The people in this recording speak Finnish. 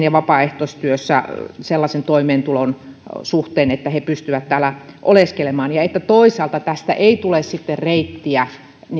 ja vapaaehtoistyössä sellaisen toimeentulon suhteen että he pystyvät täällä oleskelemaan ja että toisaalta tästä ei tule reittiä